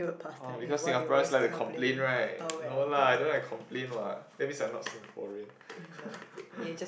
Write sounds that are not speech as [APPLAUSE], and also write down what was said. oh because Singaporean like to complain right no lah I don't like to complain what that's means I'm not Singaporean [LAUGHS]